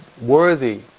worthy